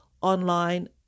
online